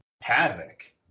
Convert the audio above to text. havoc